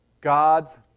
God's